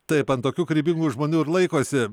taip ant tokių kūrybingų žmonių ir laikosi